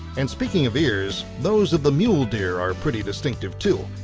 and speaking of ears, those of the mule deer are pretty distinctive too.